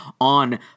on